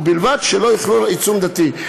ובלבד שלא יכלול עיצום דתי.